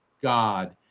God